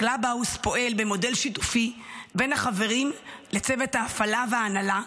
הקלאבהאוס פועל במודל שיתופי בין החברים לצוות ההפעלה וההנהלה,